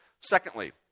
Secondly